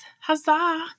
Huzzah